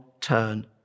turn